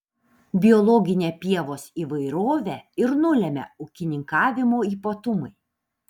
biologinę pievos įvairovę ir nulemia ūkininkavimo ypatumai